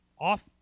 off